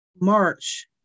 March